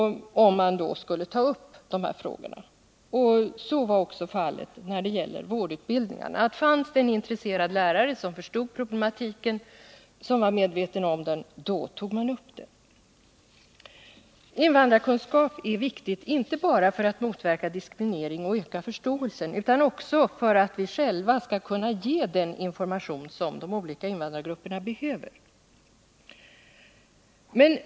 Samma förhållanden gällde i fråga om vårdutbildningen — fanns det en intresserad lärare som var medveten om denna problematik, så togs den upp. Invandrarkunskap är viktig inte bara för att motverka diskriminering och öka förståelsen utan också för att vi själva skall kunna ge den information som de olika invandrargrupperna behöver.